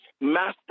master